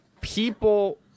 people